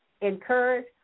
encourage